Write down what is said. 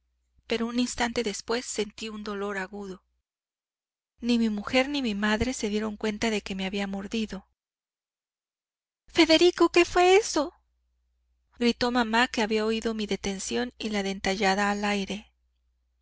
pero un instante después sentí un dolor agudo ni mi mujer ni mi madre se dieron cuenta de que me había mordido federico qué fué eso gritó mamá que había oído mi detención y la dentellada al aire